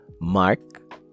Mark